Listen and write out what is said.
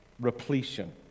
repletion